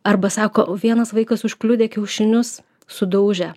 arba sako vienas vaikas užkliudė kiaušinius sudaužė